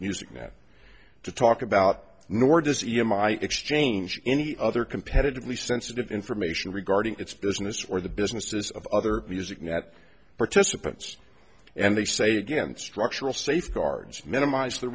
now to talk about nor does e m i exchange any other competitively sensitive information regarding its business or the businesses of other music net participants and they say again structural safeguards minimize the